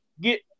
get